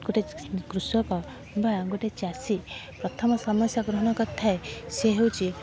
ଗୋଟିଏ କୃଷକ ବା ଗୋଟିଏ ଚାଷୀ ପ୍ରଥମ ସମସ୍ୟା ଗ୍ରହଣ କରିଥାଏ ସେ ହେଉଛି